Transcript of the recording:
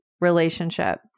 relationship